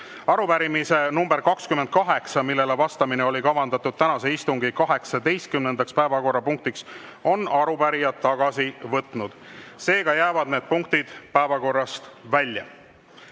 Arupärimise nr 28, millele vastamine oli kavandatud tänase istungi 18. päevakorrapunktiks, on arupärijad tagasi võtnud. Seega jäävad need punktid päevakorrast